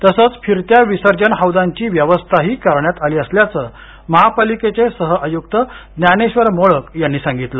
तसंच फिरत्या विसर्जन हौदांची व्यवस्थाही करण्यात आली असल्याचं महापालिकेचे सहआयुक्त ज्ञानेश्वर मोळक यांनी सांगितलं